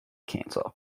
cancer